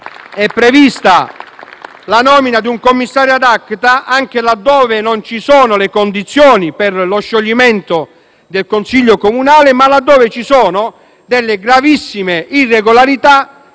previsione della nomina di un commissario *ad acta* anche laddove non ci sono le condizioni per lo scioglimento del consiglio comunale, ma ci sono gravissime irregolarità